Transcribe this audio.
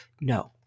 No